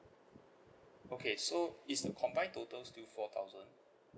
okay so is the combined total still four thousand